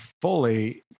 fully